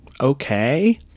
okay